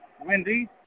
Wendy